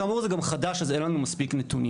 כאמור, זה גם חדש אז אין לנו מספיק נתונים.